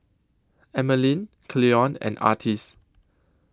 Emmaline Cleon and Artis